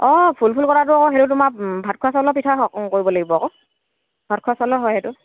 অঁ ফুল ফুল কটাটো আকৌ সেইটো তোমাৰ ভাত খোৱা চাউলৰ পিঠা কৰিব লাগিব আকৌ ভাত খোৱা চাউলৰ হয় সেইটো